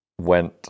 went